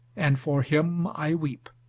and for him i weep.